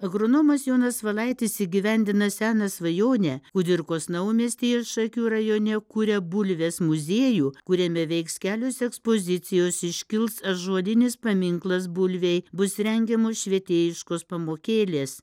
agronomas jonas valaitis įgyvendina seną svajonę kudirkos naumiestyje šakių rajone kuria bulvės muziejų kuriame veiks kelios ekspozicijos iškils ąžuolinis paminklas bulvei bus rengiamos švietėjiškos pamokėlės